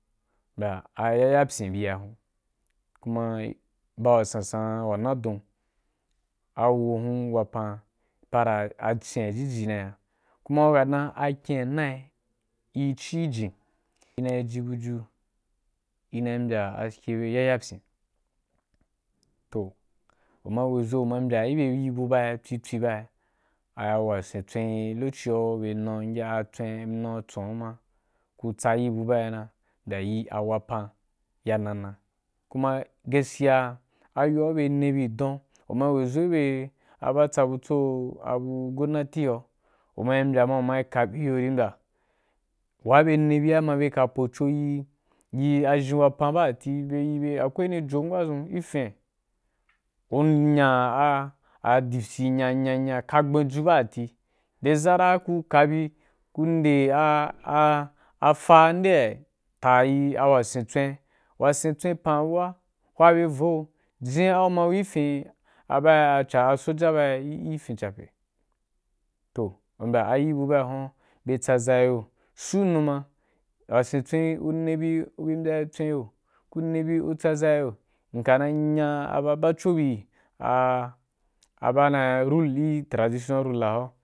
Mbya aya ya ptin biya hun, kuma ba wa sansan wa na don, a wo hun wapan, tadan a cin a giji naya kuma wa dan a kin a nai e ci jin, i nai ji buju ina’i mbya haskei bye ri yaya gi pyín, toh u ma wezo u ma mbya iri bu ba’ tsitsi ba’i, a wasen tsui ri make sure bye na gu angya nu gu tswen uma ku tsa irǐ bu bainua mbya yi a wapan ya na na, kuma gaskiya, ayo beri ne bi dun, uma wezo gibe aba tsa butso gonnati howa, uma mbya uma’i ka giyo uri mbya wa bye nebi ya ma byeka pocho yi a zhen wapan ba dati be yi bye, akwai wuni jon ki a ku nya a’ adi fyi, nya nya nya ka gben jun ba dati de zara ku kabi, ku nde afa’a a nde ya ta yi a wasen tswen, wasen tswen pan buwa hwa bye vi giyo, jiyan aguma ku yi fin a bai a cha soja bai ifin gape. Toh, u mbya a iri bu bainhuwan bye tsaza iya yo su numa, wase tswen ku rebi ku bi mbyai a tswen yo, ku nbi ku tsaza’i yo nka na yi nya aba bacho buu, a ba na ba ule gi traditional ruler hora.